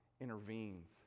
intervenes